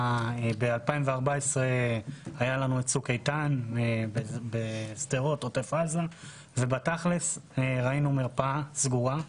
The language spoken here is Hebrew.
בשנת 2014 היה לנו את צוק איתן בשדרות ובעוטף עזה וראינו מרפאה סגורה.